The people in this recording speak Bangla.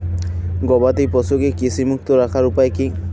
গবাদি পশুকে কৃমিমুক্ত রাখার উপায় কী?